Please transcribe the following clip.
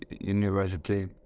university